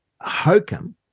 hokum